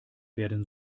werden